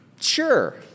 sure